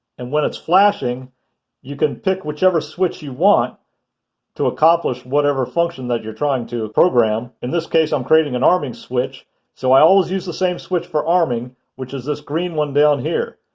and when it's flashing you can pick whichever switch you want to accomplish whatever function that you're trying to program. in this case, i'm creating an arming switch and so i always use the same switch for arming which is this green one down here.